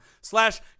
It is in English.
slash